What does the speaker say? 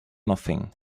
nothing